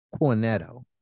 cornetto